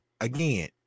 again